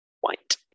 white